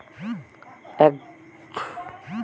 এক ধরনের তহবিল যেটা সরকারি বা বেসরকারি ভাবে আমারা পাবো